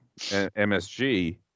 MSG